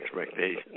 expectations